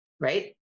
right